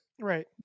Right